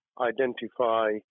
identify